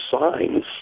signs